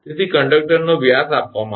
તેથી કંડક્ટરનો વ્યાસ આપવામાં આવેલ છે 𝑑𝑐 1